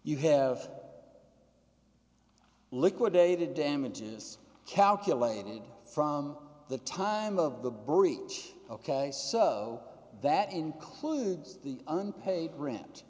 you have liquidated damages calculated from the time of the breach ok so that includes the unpaid rent